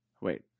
Wait